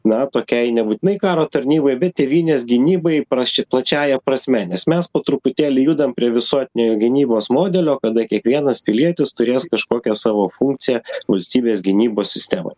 na tokiai nebūtinai karo tarnybai bet tėvynės gynybai prasč plačiąja prasme nes mes po truputėlį judam prie visuotinio gynybos modelio kada kiekvienas pilietis turės kažkokią savo funkciją valstybės gynybos sistemoj